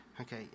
Okay